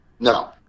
No